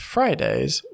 Friday's